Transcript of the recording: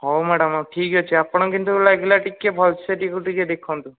ହେଉ ମ୍ୟାଡ଼ାମ୍ ଠିକ୍ ଅଛି ଆପଣ କିନ୍ତୁ ଲାଗିଲା ଟିକିଏ ଭଲ ସେ ଟିକିଏ ଦେଖନ୍ତୁ